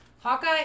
Hawkeye